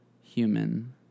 human